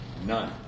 None